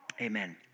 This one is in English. amen